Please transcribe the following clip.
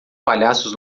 palhaços